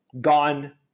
gone